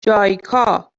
جایکا